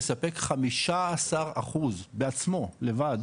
יספק 15% בעצמו לבד